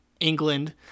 england